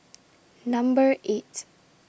Number eight